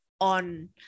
on